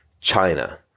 China